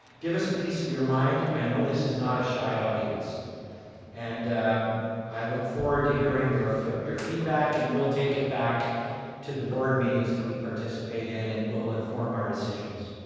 give us a piece of your mind, i know this is not a shy audience and i look forward to hearing your your feedback and we'll take it back to the board meetings that we participate in, it will inform our decisions.